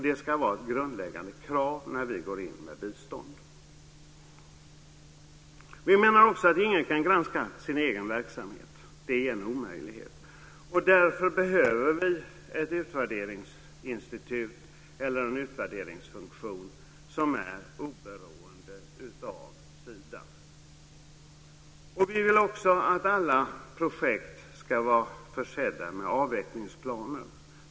Det ska vara ett grundläggande krav när vi går in med bistånd. Vi menar också att ingen kan granska sin egen verksamhet. Det är en omöjlighet. Därför behöver vi ett utvärderingsinstitut eller en utvärderingsfunktion som är oberoende av Sida. Vi vill också att alla projekt ska vara försedda med avvecklingsplaner.